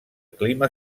clima